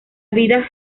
vida